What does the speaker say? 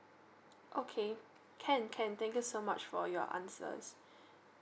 okay can can thank you so much for your answers